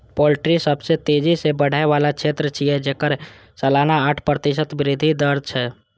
poultry सबसं तेजी सं बढ़ै बला क्षेत्र छियै, जेकर सालाना आठ प्रतिशत वृद्धि दर छै